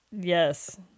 yes